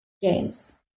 games